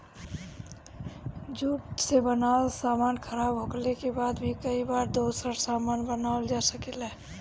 jute से बनल सामान खराब होखले के बाद भी कई बार दोसर सामान बनावल जा सकेला